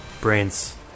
Brains